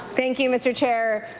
thank you mr. chair.